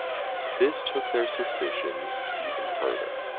um this took their suspicions even further.